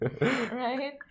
right